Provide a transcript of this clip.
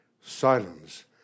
Silence